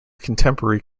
contemporary